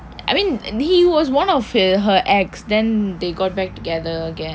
I mean he was one of her ex then they got back together again